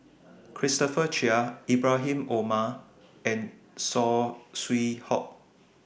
Christopher Chia Ibrahim Omar and Saw Swee Hock